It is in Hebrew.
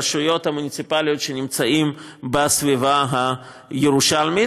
הרשויות המוניציפליות שנמצאות בסביבה הירושלמית.